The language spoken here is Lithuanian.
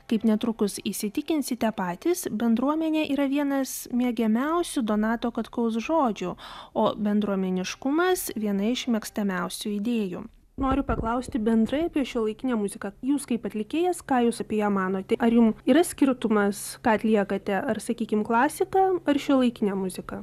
kaip netrukus įsitikinsite patys bendruomenė yra vienas mėgiamiausių donato katkaus žodžių o bendruomeniškumas viena iš mėgstamiausių idėjų noriu paklausti bendrai apie šiuolaikinę muziką jūs kaip atlikėjas ką jūs apie ją manote ar jum yra skirtumas ką atliekate ar sakykim klasiką ar šiuolaikinę muziką